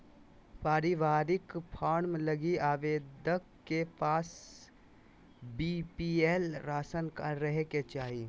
पारिवारिक फार्म लगी आवेदक के पास बीपीएल राशन कार्ड रहे के चाहि